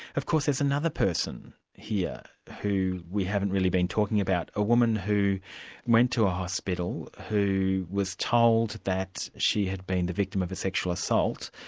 of course there's another person here who we haven't really been talking about, a woman who went to a hospital, who was told that she had been the victim of a sexual assault,